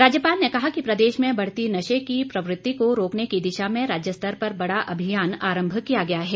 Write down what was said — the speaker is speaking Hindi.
राज्यपाल ने कहा कि प्रदेश में बढ़ती नशे की प्रवृति को रोकने की दिशा में राज्य स्तर पर बड़ा अभियान आरम्भ किया गया है